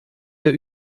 der